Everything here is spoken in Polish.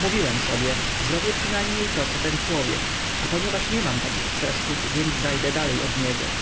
mówiłem sobie zrobię przynajmniej to co ten człowiek a ponieważ nie mam takich przeszkód więc zajdę dalej od niego